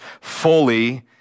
fully